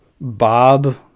Bob